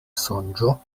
sonĝo